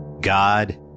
God